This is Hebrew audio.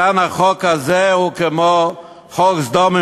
החוק הזה הוא כמו חוק סדום,